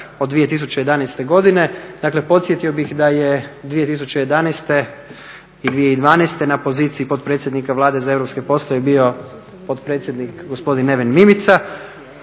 od 2011. godine, dakle podsjetio bih da je 2011. i 2012. na poziciji potpredsjednika Vlade za europske poslove bio potpredsjednik gospodin Neven Mimica.